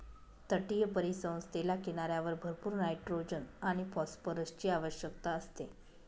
तटीय परिसंस्थेला किनाऱ्यावर भरपूर नायट्रोजन आणि फॉस्फरसची आवश्यकता असते